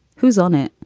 who's on it?